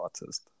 artist